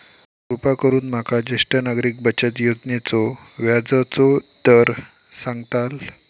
कृपा करून माका ज्येष्ठ नागरिक बचत योजनेचो व्याजचो दर सांगताल